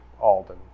Alden